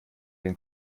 den